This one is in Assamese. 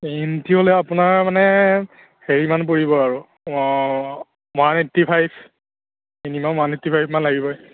এন টি হ'লে আপোনাৰ মানে হেৰি মান পৰিব আৰু one eighty five minimum one eighty ফাইভমান লাগিবই